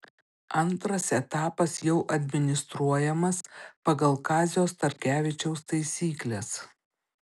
antras etapas jau administruojamas pagal kazio starkevičiaus taisykles